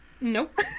Nope